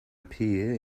appear